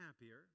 happier